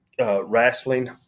Wrestling